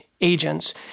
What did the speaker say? agents